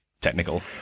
technical